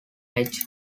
edge